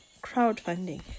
crowdfunding